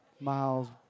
Miles